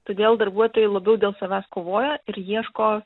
todėl darbuotojai labiau dėl savęs kovoja ir ieško